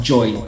Joy